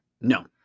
no